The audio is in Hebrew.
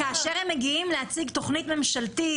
כאשר הם מגיעים להציג תוכנית ממשלתית,